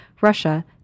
Russia